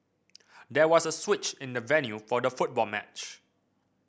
there was a switch in the venue for the football match